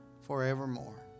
forevermore